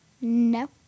No